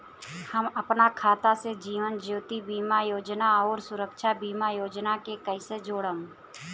हम अपना खाता से जीवन ज्योति बीमा योजना आउर सुरक्षा बीमा योजना के कैसे जोड़म?